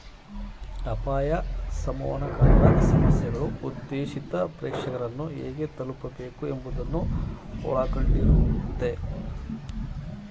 ಅಪಾಯ ಸಂವಹನಕಾರರ ಸಮಸ್ಯೆಗಳು ಉದ್ದೇಶಿತ ಪ್ರೇಕ್ಷಕರನ್ನು ಹೇಗೆ ತಲುಪಬೇಕು ಎಂಬುವುದನ್ನು ಒಳಗೊಂಡಯ್ತೆ